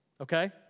Okay